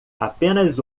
apenas